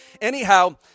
anyhow